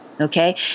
Okay